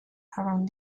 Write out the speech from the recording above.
around